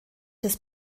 des